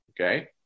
Okay